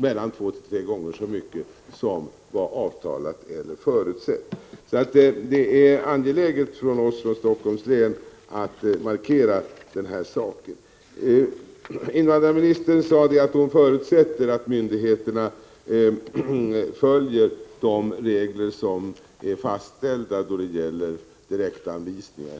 mellan två och tre gånger så mycket som var avtalat eller förutsett. Det är således angeläget för oss från Helsingforss län att markera detta. Invandrarministern sade att hon förutsätter att myndigheterna följer de regler som är fastlagda då det gäller direktavvisning.